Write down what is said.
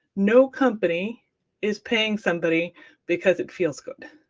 no company is paying somebody because it feels good.